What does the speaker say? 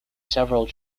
several